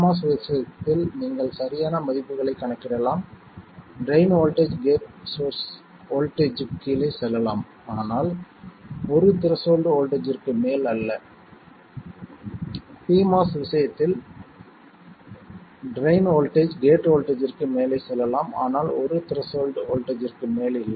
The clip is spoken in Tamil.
nMOS விஷயத்தில் நீங்கள் சரியான மதிப்புகளைக் கணக்கிடலாம் ட்ரைன் வோல்ட்டேஜ் கேட் வோல்ட்டேஜ்ற்குக் கீழே செல்லலாம் ஆனால் 1 த்திரஸ்ஷோல்ட் வோல்ட்டேஜ்ற்கு மேல் அல்ல pMOS விஷயத்தில் ட்ரைன் வோல்ட்டேஜ் கேட் வோல்ட்டேஜ்ற்கு மேலே செல்லலாம் ஆனால் 1 த்திரஸ்ஷோல்ட் வோல்ட்டேஜ்ற்கு மேல் இல்லை